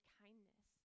kindness